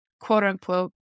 quote-unquote